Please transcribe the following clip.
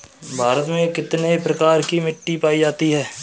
भारत में कितने प्रकार की मिट्टी पाई जाती है?